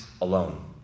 alone